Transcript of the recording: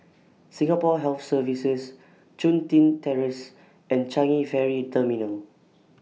Singapore Health Services Chun Tin Terrace and Changi Ferry Terminal